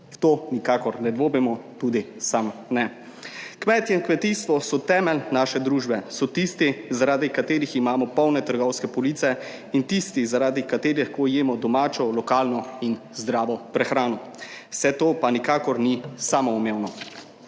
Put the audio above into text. to nikakor ne dvomimo, tudi sam ne. Kmetje in kmetijstvo so temelj naše družbe, so tisti, zaradi katerih imamo polne trgovske police, in tisti, zaradi katerih lahko jemo domačo, lokalno in zdravo prehrano. Vse to pa nikakor ni samoumevno.